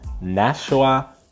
Nashua